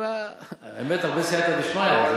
חלק גדול.